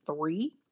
three